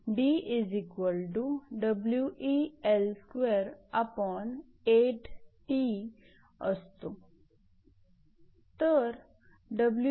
तर We 3